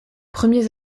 premiers